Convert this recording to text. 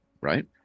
right